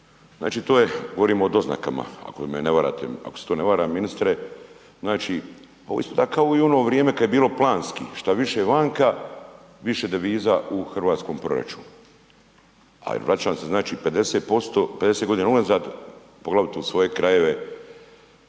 znači to je, govorimo o doznakama, ako me ne varate, ako se to ne vara ministre. Znači, ovo ispada kao i u ono vrijeme kad je bilo planski, šta više vanka više deviza u hrvatskom proračunu, a i vraćam se znači 50.g. unazad poglavito u svoje krajeve